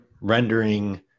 rendering